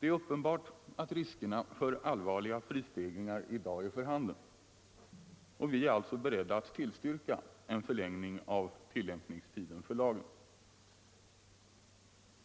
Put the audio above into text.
Uppenbart är risker för allvarliga prisstegringar i dag för handen. Vi är alltså beredda att tillstyrka en förlängning av tillämpningstiden för lagen.